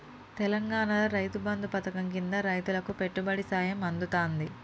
తెలంగాణాల రైతు బంధు పథకం కింద రైతులకు పెట్టుబడి సాయం అందుతాంది